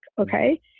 Okay